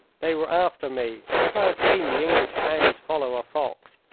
they were after me as i have seen the english hounds follow a fox,